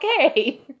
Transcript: okay